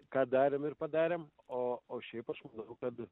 ką darėme ir padarėme o šiaip aš manau kad